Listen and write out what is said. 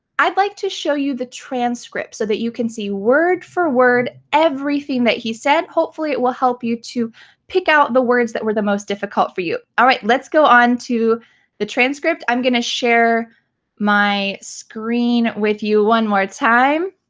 i'd like to show you the transcript so you can see word for word everything that he said. hopefully it will help you to pick out the words that were the most difficult for you. alright let's go on to the transcript. i'm gonna share my screen with you one more time.